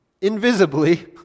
invisibly